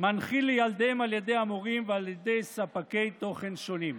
מנחיל לילדיהם על ידי המורים ועל ידי ספקי תוכן שונים.